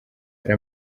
hari